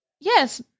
Yes